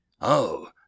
Oh